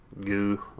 Goo